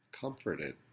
comforted